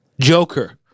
Joker